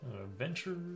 Adventure